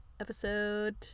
episode